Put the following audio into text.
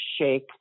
shake